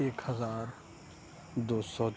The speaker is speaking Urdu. ایک ہزار دو سو